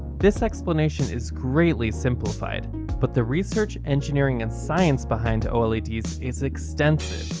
this explanation is greatly simplified but the research, engineering and science behind oleds is extensive.